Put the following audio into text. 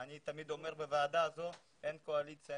אני תמיד אומר שבוועדה הזאת אין קואליציה,